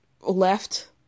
left